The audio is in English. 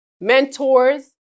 mentors